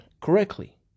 correctly